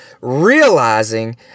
realizing